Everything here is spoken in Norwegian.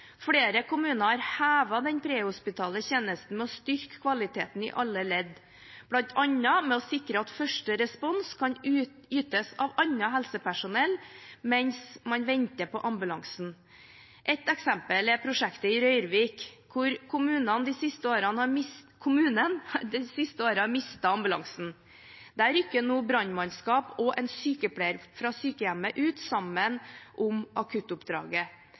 Flere kommuner har hevet den prehospitale tjenesten ved å styrke kvaliteten i alle ledd, bl.a. ved å sikre at førsterespons kan ytes av annet helsepersonell mens man venter på ambulansen. Ett eksempel er prosjektet i Røyrvik kommune, som de siste årene har mistet ambulansen. Der rykker nå brannmannskap og en sykepleier fra sykehjemmet sammen ut i akuttoppdraget.